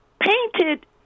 painted